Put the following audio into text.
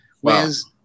Whereas